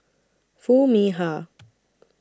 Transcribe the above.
Foo Mee Har